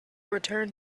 return